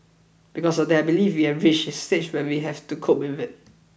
because of that I believe we have reached a stage where we have to cope with it